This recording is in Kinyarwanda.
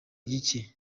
gike